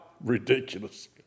ridiculous